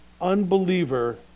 unbeliever